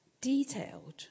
detailed